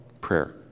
prayer